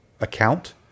account